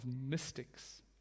mystics